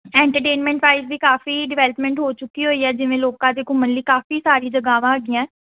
entertainment side ਵੀ ਕਾਫੀ development ਹੋ ਚੁੱਕੀ ਹੋਈ ਹੈ ਜਿਵੇਂ ਲੋਕਾਂ ਦੇ ਘੁੰਮਣ ਲਈ ਕਾਫੀ ਸਾਰੀ ਜਗ੍ਹਾਵਾਂ ਹੈਗੀਆਂ